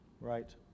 right